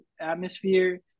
atmosphere